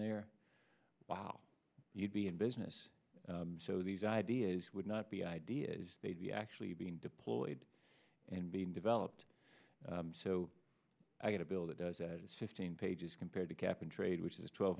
there wow you'd be in business so these ideas would not be ideas they'd be actually being deployed and being developed so i get a bill that does that is fifteen pages compared to cap and trade which is twelve